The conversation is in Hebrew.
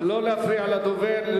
לא להפריע לדובר.